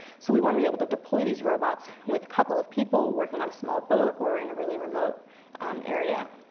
so we wanna be able to deploy these robots with a couple of people working on a small boat, or in a really remote um area.